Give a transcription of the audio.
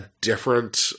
different